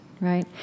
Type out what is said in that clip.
right